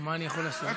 מה אני יכול לעשות?